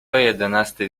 jedenastej